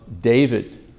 David